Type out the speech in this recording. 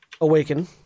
awaken